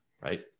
Right